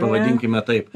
pavadinkime taip